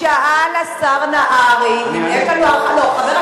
שאל השר נהרי אם יש לנו הערכה.